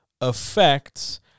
affects